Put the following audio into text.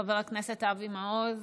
חבר הכנסת אבי מעוז